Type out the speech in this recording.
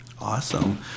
Awesome